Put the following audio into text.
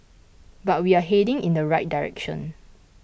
but we are heading in the right direction